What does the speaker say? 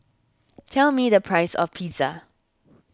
tell me the price of Pizza